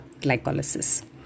glycolysis